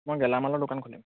মই গেলামালৰ দোকান খুলিম